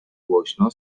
głośno